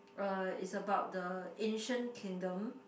uh it's about the ancient kingdom